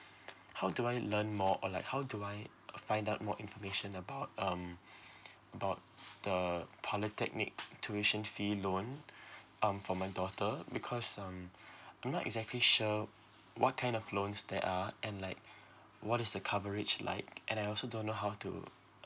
how do I learn more or like how do I uh find out more information about um about the polytechnic tuition fee loan um for my daughter because um I'm not exactly sure what kind of loans there are and like what is the coverage like and I also don't know how to